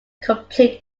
complete